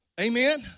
Amen